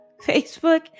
Facebook